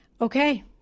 Okay